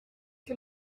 que